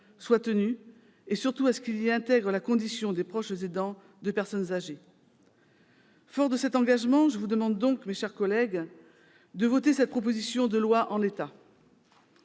soit tenu, et surtout à ce qu'il intègre la condition des proches aidants de personnes âgées. Forts de cet engagement, je vous demande donc, mes chers collègues, de voter cette proposition de loi en l'état.